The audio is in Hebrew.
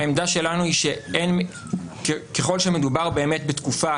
העמדה שלנו היא שככל שמדובר באמת בתקופה